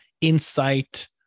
insight